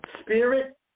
spirit